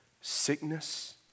sickness